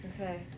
Okay